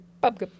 Bob